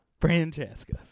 Francesca